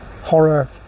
horror